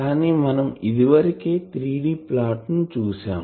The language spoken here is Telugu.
కానీ మనం ఇదివరకే 3D ప్లాట్ ని చూసాం